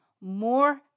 more